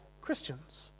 Christians